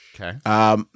Okay